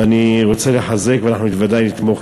ואני רוצה לחזק, ואנחנו בוודאי נתמוך